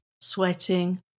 sweating